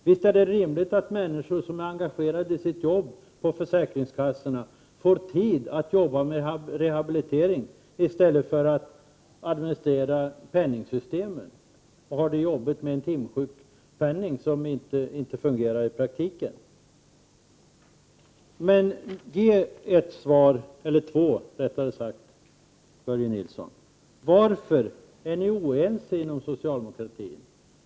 Visst är det rimligt att människor som är engagerade i sitt jobb på försäkringskassorna får tid att arbeta med rehabilitering i stället för med att administrera penningsystemen och syssla med en timsjukpenning som inte fungerar i praktiken. Ge ett svar, eller rättare sagt två svar, Börje Nilsson: Varför är ni oense inom socialdemokratin?